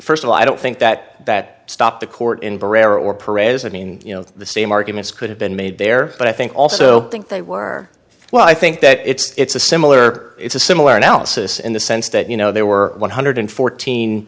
first of all i don't think that that stop the court in breyer or parades i mean you know the same arguments could have been made there but i think also think they were well i think that it's a similar it's a similar analysis in the sense that you know there were one hundred fourteen